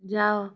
ଯାଅ